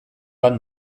bat